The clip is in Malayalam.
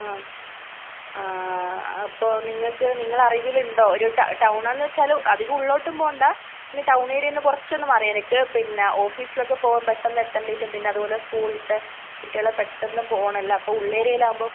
ആ അപ്പോൾ നിങ്ങൾക്ക് നിങ്ങളെ അറിവിൽ ഉണ്ടോ ഒരു ടൗ ടൌൺ എന്ന് വെച്ചാൽ അധികം ഉള്ളിലോട്ടും പോവേണ്ട എന്നാൽ ടൗൺ ഏരിയയിൽ നിന്ന് കുറച്ചൊന്ന് മാറി എനിക്ക് പിന്നെ ഓഫീസിലൊക്കെ പോവാൻ പെട്ടെന്ന് എത്താൻ വേണ്ടിയിട്ടും പിന്നെ അതുപോലെ സ്കൂളിലത്തെ കുട്ടികൾ പെട്ടെന്ന് പോവണമല്ലോ അപ്പോൾ ഉൾ ഏരിയയിൽ ആവുമ്പോൾ